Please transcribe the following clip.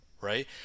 right